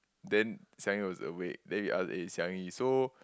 then Xiang-Yi was awake then we asked eh Xiang-Yi so